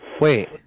Wait